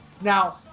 Now